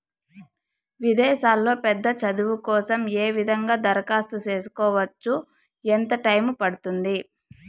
విదేశాల్లో పెద్ద చదువు కోసం ఏ విధంగా దరఖాస్తు సేసుకోవచ్చు? ఎంత టైము పడుతుంది?